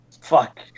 Fuck